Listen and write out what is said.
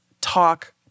talk